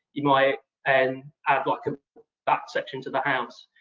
you might and add like a back section to the house.